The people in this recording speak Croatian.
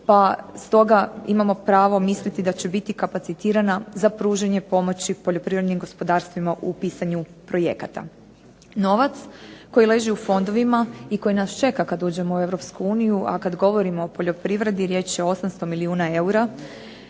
pa stoga imamo pravo misliti da će biti kapacitirana za pružanje pomoći poljoprivrednim gospodarstvima u pisanju projekata. Novac koji leži u fondovima i koji nas čeka kad uđemo u EU, a kad govorimo o poljoprivredi riječ je o 800 milijuna eura,